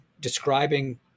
describing